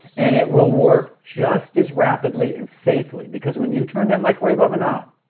and it will work just as rapidly and safely, because when you turn that microwave oven on,